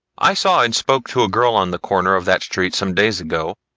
i saw and spoke to a girl on the corner of that street some days ago,